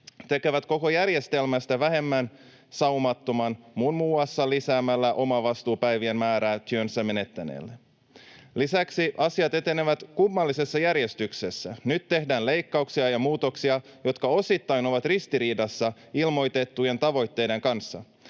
tekevät koko järjestelmästä vähemmän saumattoman muun muassa lisäämällä omavastuupäivien määrää työnsä menettäneille. Lisäksi asiat etenevät kummallisessa järjestyksessä. Nyt tehdään leikkauksia ja muutoksia, jotka osittain ovat ristiriidassa ilmoitettujen tavoitteiden kanssa.